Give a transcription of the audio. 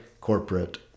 corporate